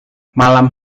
malam